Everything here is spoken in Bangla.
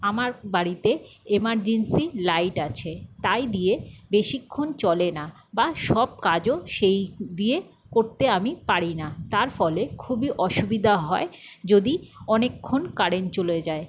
আমার বাড়িতে এমার্জেন্সি লাইট আছে তাই দিয়ে বেশিক্ষণ চলে না বা সব কাজও সেই দিয়ে করতে আমি পারি না তার ফলে খুবই অসুবিদা হয় যদি অনেকক্ষণ কারেন্ট চলে যায়